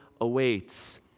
awaits